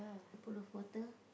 pool of water